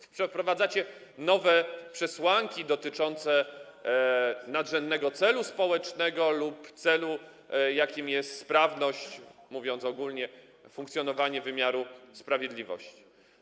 Wprowadzacie nowe przesłanki dotyczące nadrzędnego celu społecznego lub celu, jakim jest sprawność, mówiąc ogólnie, funkcjonowania wymiaru sprawiedliwości.